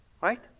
Right